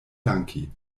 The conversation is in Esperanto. danki